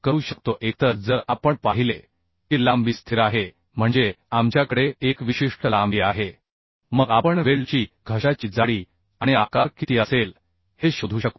करू शकतो एकतर जर आपण पाहिले की लांबी स्थिर आहे म्हणजे आपल्याकडे एक विशिष्ट लांबी आहे मग आपण वेल्डची घशाची जाडी आणि आकार किती असेल हे शोधू शकतो